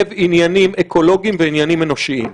אנחנו מדברים בדיון שמשלב עניינים אקולוגיים ועניינים אנושיים.